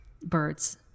birds